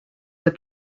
with